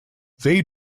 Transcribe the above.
they